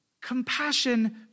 compassion